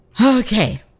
Okay